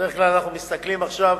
בדרך כלל אנחנו מסתכלים עכשיו,